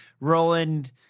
Roland